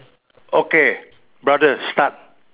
okay brother start